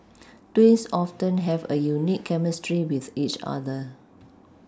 twins often have a unique chemistry with each other